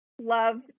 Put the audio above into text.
love